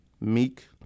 Meek